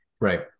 Right